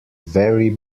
vary